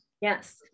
Yes